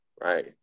right